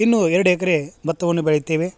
ಇನ್ನೂ ಎರಡು ಎಕ್ಕರೆ ಬತ್ತವನ್ನು ಬೆಳೆಯುತ್ತೇವೆ